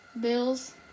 Bills